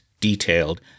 detailed